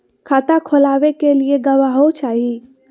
खाता खोलाबे के लिए गवाहों चाही?